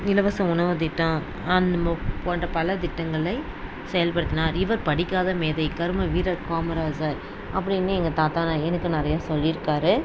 இலவச உணவுத்திட்டம் போன்ற பலத்திட்டங்களை செயல்படுத்தினார் இவர் படிக்காத மேதை கர்மவீரர் காமராஜர் அப்படின்னு எங்கள் தாத்தா எனக்கு நிறைய சொல்லியிருக்காரு